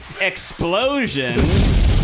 explosion